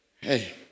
Hey